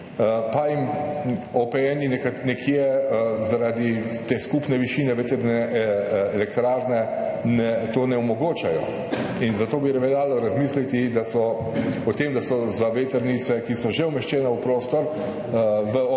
pa jim OPN-ji nekje zaradi te skupne višine vetrne elektrarne to ne omogočajo in zato bi veljalo razmisliti o tem, da so za vetrnice, ki so že umeščene v prostor, v OPN